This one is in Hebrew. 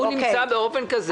הוא נמצא באופן כזה